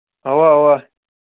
اَوا اَوا